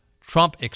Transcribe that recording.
Trump